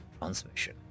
transmission